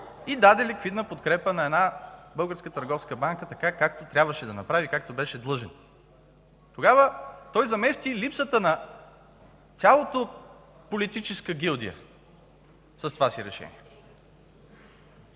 и даде ликвидна подкрепа на една българска търговска банка, така както трябваше да направи и беше длъжен. Тогава той замести липсата на цялата политическа гилдия с това си решение.